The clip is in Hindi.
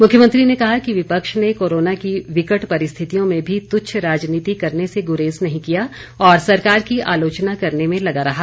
मुख्यमंत्री ने कहा कि विपक्ष ने कोरोना की विकट परिस्थितियों में भी तुच्छ राजनीति करने से गुरेज नहीं किया और सरकार की आलोचना करने में लगा रहा